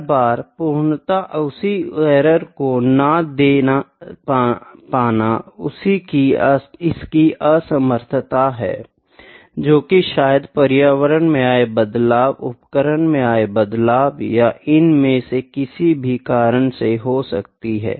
हर बार पूर्णत उसी एरर को न दे पाना इसकी असमर्थता है जोकि शायद पर्यावरण में आये बदलाव उपकरण में आये बदलाव या इन में से किसी भी कारण से हो सकती है